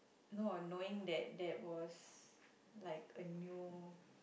no knowing that there was like a new